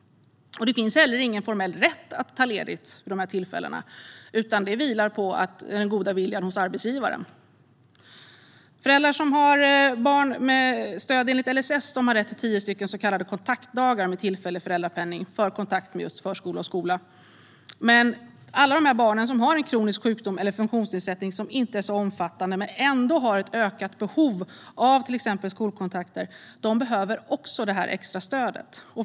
Det finns inte heller någon formell rätt att ta ledigt vid dessa tillfällen, utan det vilar på arbetsgivarens goda vilja. Föräldrar till barn med stöd enligt LSS har rätt till tio så kallade kontaktdagar med tillfällig föräldrapenning för kontakt med förskola eller skola. Men alla barn som har en mindre omfattande kronisk sjukdom eller funktionsnedsättning men ändå har ett ökat behov av till exempel skolkontakter behöver också det extra stödet.